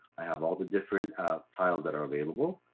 i have all the different tiles that are available.